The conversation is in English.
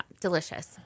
delicious